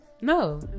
No